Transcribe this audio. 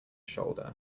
shoulder